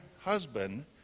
husband